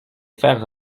faire